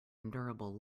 endurable